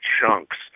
chunks